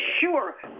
sure